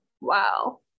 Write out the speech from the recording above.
wow